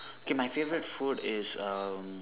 okay my favorite food is um